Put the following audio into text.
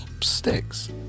sticks